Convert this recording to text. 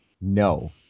no